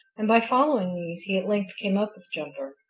and by following these he at length came up with jumper.